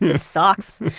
socks.